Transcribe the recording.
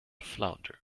flounder